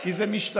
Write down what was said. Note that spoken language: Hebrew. כי זה משתנה.